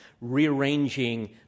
rearranging